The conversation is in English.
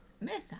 Mesa